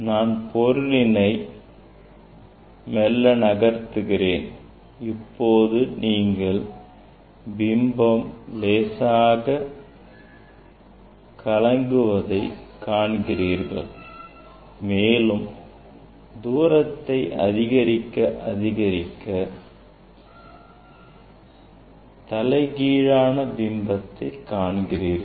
நான் பொருளினை மெல்ல நகர்த்துகிறேன் இப்போது நீங்கள் பிம்பம் லேசாக கலங்குவதை காண்கிறீர்கள் மேலும் தூரத்தை அதிகரிக்க அதிகரிக்க தலைகீழான பிம்பத்தை காண்கிறீர்கள்